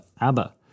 ABBA